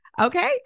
Okay